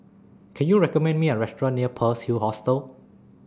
Can YOU recommend Me A Restaurant near Pearl's Hill Hostel